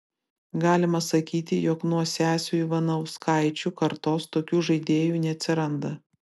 galima sakyti jog nuo sesių ivanauskaičių kartos tokių žaidėjų neatsiranda